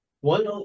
One